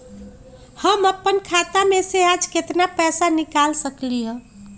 हम अपन खाता में से आज केतना पैसा निकाल सकलि ह?